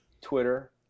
Twitter